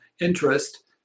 interest